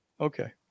Okay